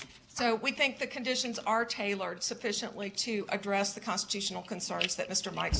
so we think the conditions are tailored sufficiently to address the constitutional concerts that mr mi